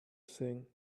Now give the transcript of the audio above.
thing